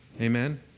Amen